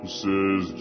says